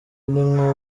n’inkuba